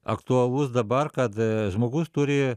aktualus dabar kad žmogus turi